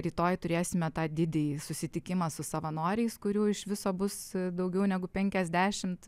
rytoj turėsime tą didįjį susitikimą su savanoriais kurių iš viso bus daugiau negu penkiasdešimt